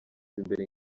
imbere